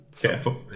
Careful